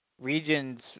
Regions